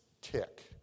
tick